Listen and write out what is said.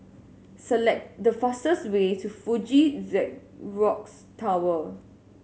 select the fastest way to Fuji Xerox Tower